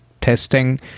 testing